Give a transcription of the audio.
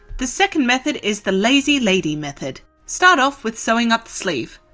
the second method is the lazy lady method. start off with sewing up the sleeve.